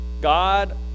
God